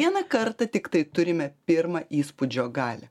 vieną kartą tiktai turime pirmą įspūdžio galią